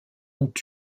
ont